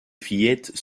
fillettes